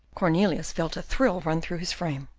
cornelius felt a thrill run through his frame.